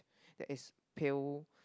that is pale